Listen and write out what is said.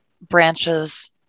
branches